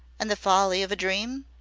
and the folly of a dream?